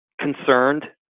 concerned